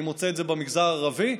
ואני מוצא את זה במגזר הערבי.